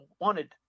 wanted